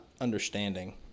understanding